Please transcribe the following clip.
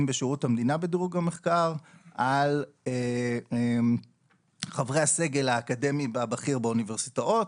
בשירות המדינה בדירוג המחקר על חברי הסגל האקדמי הבכיר באוניברסיטאות,